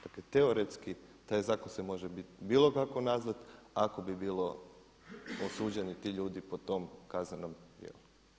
Dakle, teoretski taj zakon se može bilo kakao nazvati ako bi bilo osuđeni ti ljudi po tom kaznenom djelu.